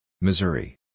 Missouri